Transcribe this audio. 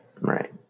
right